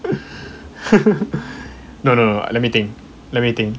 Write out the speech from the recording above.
no no let me think let me think